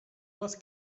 was